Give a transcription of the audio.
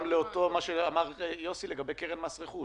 למה שאמר יוסי לגבי קרן מס רכוש.